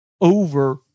over